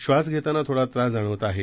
बास घेताना थोडा त्रास जाणवत आहे